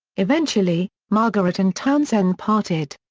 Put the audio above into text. eventually, margaret and townsend parted.